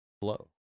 flow